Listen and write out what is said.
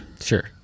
Sure